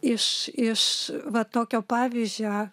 iš iš va tokio pavyzdžio